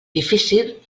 difícil